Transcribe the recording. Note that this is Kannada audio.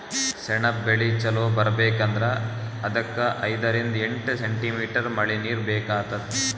ಸೆಣಬ್ ಬೆಳಿ ಚಲೋ ಬರ್ಬೆಕ್ ಅಂದ್ರ ಅದಕ್ಕ್ ಐದರಿಂದ್ ಎಂಟ್ ಸೆಂಟಿಮೀಟರ್ ಮಳಿನೀರ್ ಬೇಕಾತದ್